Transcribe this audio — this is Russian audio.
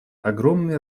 огромный